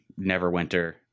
Neverwinter